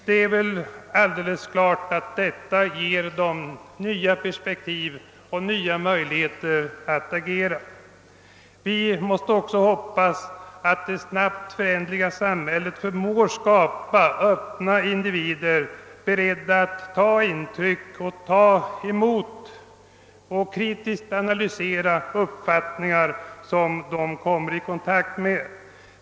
Det är väl alldeles klart att detta ger ungdomen nya perspektiv och nya möjligheter att agera. Vi måste också hoppas att det snabbt föränderliga samhället förmår skapa öppna individer, beredda att ta intryck av och kritiskt analysera uppfattningar som de kommer i kontakt med.